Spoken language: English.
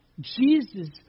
Jesus